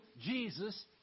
Jesus